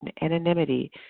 anonymity